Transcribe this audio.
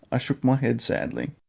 i shook my head sadly,